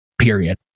Period